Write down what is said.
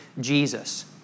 Jesus